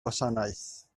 gwasanaeth